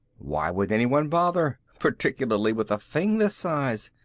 why would anyone bother particularly with a thing this size?